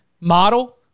model